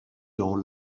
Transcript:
dans